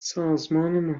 سازمان